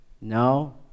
no